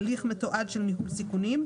הליך מתועד של ניהול סיכונים,